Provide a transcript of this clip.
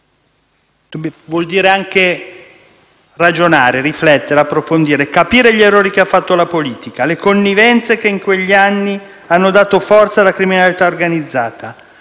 vuol dire anche ragionare, riflettere, approfondire, capire gli errori che ha fatto la politica, le connivenze che in quegli anni hanno dato forza alla criminalità organizzata.